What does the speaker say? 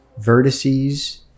vertices